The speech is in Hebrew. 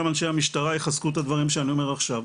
אנשי המשטרה יחזקו את הדברים שאני אומר עכשיו,